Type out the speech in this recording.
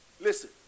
listen